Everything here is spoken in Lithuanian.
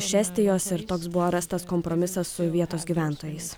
iš estijos ir toks buvo rastas kompromisas su vietos gyventojais